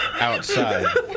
outside